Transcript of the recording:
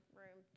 room